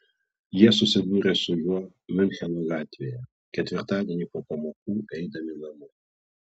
jie susidūrė su juo miuncheno gatvėje ketvirtadienį po pamokų eidami namo